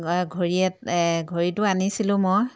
ঘড়ীয়ে ঘড়ীটো আনিছিলোঁ মই